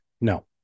No